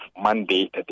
Monday